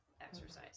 exercise